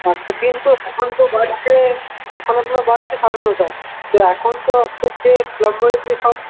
আচ্ছা কিন্তু এখন তো বাজছে এখন আপনার বাজছে সাড়ে নটা তো এখন তো আপনাকে প্লাম্বারের যেসব